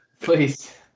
Please